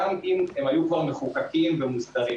גם אם הם היו כבר מחוקקים ומוסדרים.